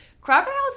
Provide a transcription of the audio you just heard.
crocodiles